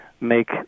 make